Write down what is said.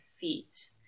feet